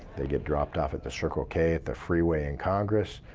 they get dropped off at the circle k, at the freeway in congress,